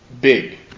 big